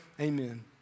Amen